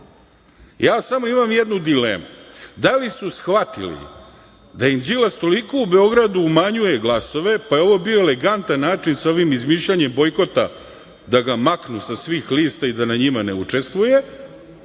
Ja samo imam jednu dilemu – da li su shvatili da im Đilas toliko u Beogradu umanjuje glasove, pa je ovo bio elegantan način sa ovim izmišljanjem bojkota da ga maknu sa svih lista i da na njima ne učestvuje